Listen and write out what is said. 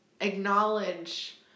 acknowledge